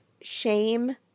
shame